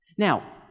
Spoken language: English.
Now